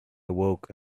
awoke